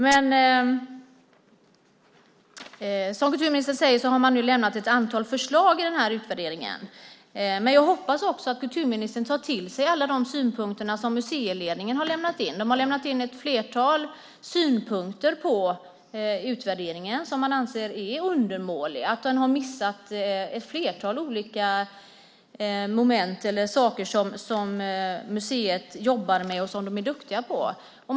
Men som kulturministern nu säger har man lämnat ett antal förslag i denna utvärdering. Men jag hoppas också att kulturministern tar till sig alla de synpunkter som museiledningen har lämnat in. Man har lämnat in ett flertal synpunkter på utvärderingen som man anser är undermålig och att den har missat ett flertal olika moment eller saker som museet jobbar med och som de är duktiga på.